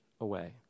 away